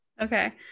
Okay